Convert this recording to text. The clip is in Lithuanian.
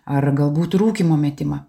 ar galbūt rūkymo metimą